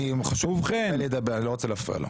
אני לא רוצה להפריע לו.